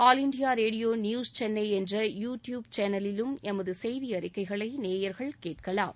all India radio news Chennai என்ற YouTube சேனலிலும் எமது செய்தி அறிக்கைகளை நேயர்கள் கேட்கலாம்